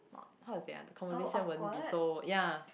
not how to say ah the conversation won't be so ya